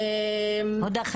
שלוש